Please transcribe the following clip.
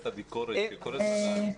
כמו שאתם יודעים,